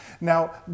Now